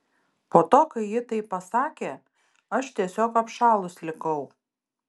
po to kai ji taip pasakė aš tiesiog apšalus likau